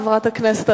חברת הכנסת,